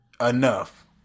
enough